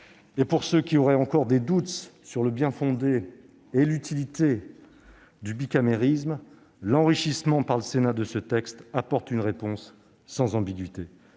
Pour ceux qui auraient encore des doutes sur le bien-fondé et l'utilité du bicamérisme, l'enrichissement par le Sénat de ce texte apporte une réponse sans ambiguïté.